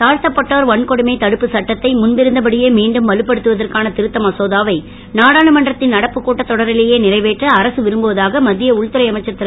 தாழ்த்தப்பட்டோர் வன்கொடுமை தடுப்புச் சட்டத்தை முன்பிருந்தபடியே மீண்டும் வலுப்படுத்துவதற்கான திருத்த மசோதாவை நாடாளுமன்றத்தின் நடப்பு கூட்டத் தொடரிலேயே நிறைவேற்ற அரசு விரும்புவதாக மத்திய உள்துறை அமைச்சர் திரு